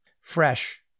fresh